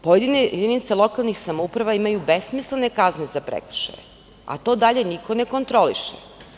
Pojedine jedinice lokalnih samouprava imaju besmislene kazne za prekršaje, a to dalje niko ne kontroliše.